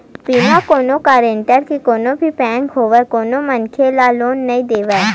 बिना कोनो गारेंटर के कोनो भी बेंक होवय कोनो मनखे ल लोन नइ देवय